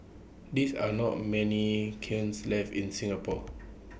these are not many kilns left in Singapore